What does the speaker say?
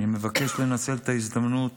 אני מבקש לנצל את ההזדמנות